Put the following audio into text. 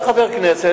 אתה חבר כנסת,